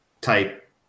type